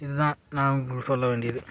இது தான் நான் உங்களுக்கு சொல்ல வேண்டியது